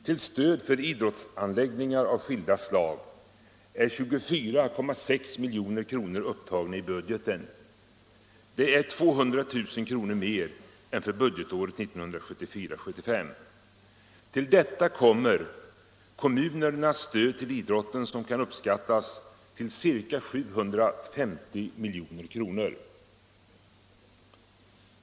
Till stöd för idrottsanläggningar av skilda slag är 24,6 milj.kr. upptagna i budgeten. Det är 200 000 kr. mer än för budgetåret 1974/75. Till detta kommer kommunernas stöd till idrotten som kan uppskattas till ca 750 milj.kr.